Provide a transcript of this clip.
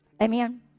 Amen